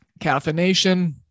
Caffeination